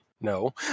no